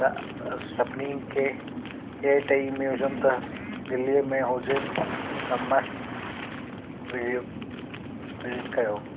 त अ सभिनीनि खे हीअ ट्रेई म्यूज़ियम त दिल्लीअ में हुजनि त मस्तु विज़ि विज़िट कयो